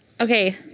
okay